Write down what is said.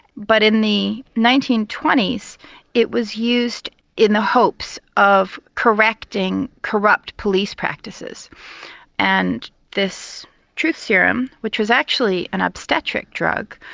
but in the nineteen twenty s it was used in the hopes of correcting corrupt police practices and this truth serum, which was actually an obstetric drug,